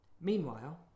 Meanwhile